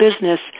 business